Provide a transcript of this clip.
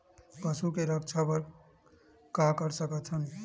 पशु के रक्षा बर का कर सकत हन?